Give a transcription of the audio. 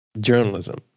journalism